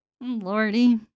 Lordy